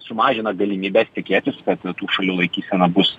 sumažina galimybes tikėtis kad tų šalių laikysena bus